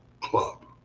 club